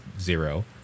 zero